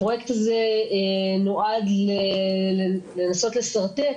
הפרויקט הזה נועד לנסות לשרטט